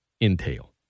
entail